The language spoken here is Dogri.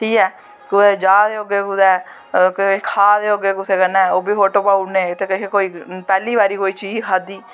ठीक ऐ कुदै जा दे होगै कुदै किश करा दे होगै कुदै कुसै कन्नै ओह् बी फोटो पाई ओड़ने पैह्ली बारी कोई चीज़ खाद्धी